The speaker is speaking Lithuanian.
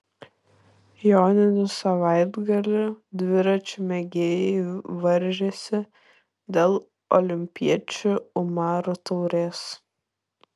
joninių savaitgalį dviračių mėgėjai varžėsi dėl olimpiečių umarų taurės